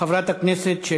חברת הכנסת שלי